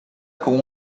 con